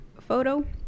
Photo